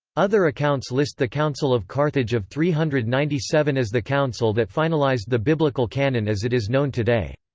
other accounts list the council of carthage of three hundred and ninety seven as the council that finalized the biblical canon as it is known today.